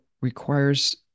requires